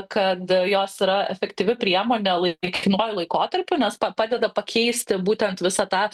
kad jos yra efektyvi priemonė laikinuoju laikotarpiu nes pa padeda pakeisti būtent visą tą